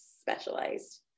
specialized